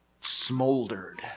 smoldered